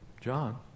John